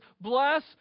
Bless